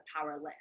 powerless